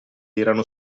erano